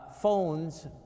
phones